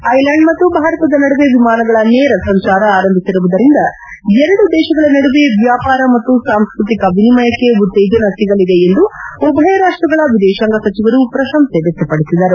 ಐಲ್ಲಾಂಡ್ ಮತ್ತು ಭಾರತದ ನಡುವೆ ವಿಮಾನಗಳ ನೇರ ಸಂಚಾರ ಆರಂಭಿಸಿರುವುದರಿಂದ ಎರಡು ದೇಶಗಳ ನಡುವೆ ವ್ಲಾಪಾರ ಮತ್ತು ಸಾಂಸ್ಕತಿಕ ವಿನಿಮಯಕ್ಕೆ ಉತ್ತೇಜನ ಸಿಗಲಿದೆ ಎಂದು ಉಭಯ ರಾಷ್ಸಗಳ ವಿದೇಶಾಂಗ ಸಚಿವರು ಪ್ರಶಂಸೆ ವ್ಲಕ್ತಪಡಿಸಿದರು